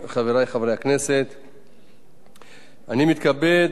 אני מתכבד להביא בפני הכנסת לקריאה שנייה ולקריאה שלישית